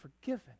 forgiven